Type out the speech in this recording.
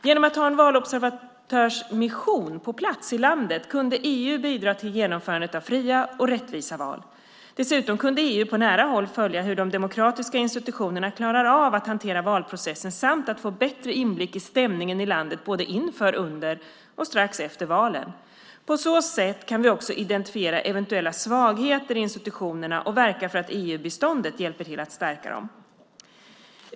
Genom att ha en valobservatörsmission på plats i landet kunde EU bidra till genomförandet av fria och rättvisa val. Dessutom kunde EU på nära håll följa hur de demokratiska institutionerna klarar av att hantera valprocessen samt få en bättre inblick i stämningen i landet både inför, under och strax efter valen. På så sätt kan vi också identifiera eventuella svagheter i institutionerna och verka för att EU-biståndet hjälper till att stärka dessa institutioner.